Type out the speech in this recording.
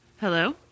Hello